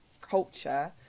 culture